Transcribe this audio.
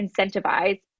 incentivize